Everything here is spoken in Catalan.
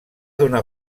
donar